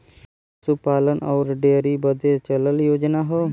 पसूपालन अउर डेअरी बदे चलल योजना हौ